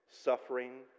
suffering